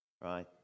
Right